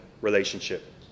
relationship